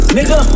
Nigga